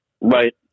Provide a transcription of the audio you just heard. Right